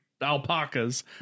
alpacas